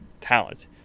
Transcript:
talent